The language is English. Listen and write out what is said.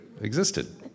existed